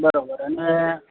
બરોબર અને